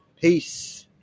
Peace